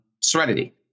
Serenity